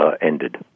ended